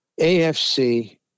AFC